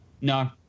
No